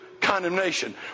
condemnation